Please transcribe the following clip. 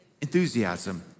enthusiasm